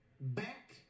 back